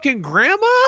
grandma